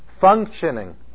functioning